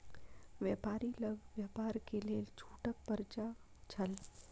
व्यापारी लग व्यापार के लेल छूटक पर्चा छल